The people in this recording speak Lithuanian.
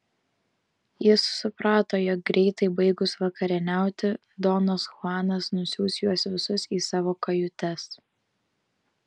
jis suprato jog greitai baigus vakarieniauti donas chuanas nusiųs juos visus į savo kajutes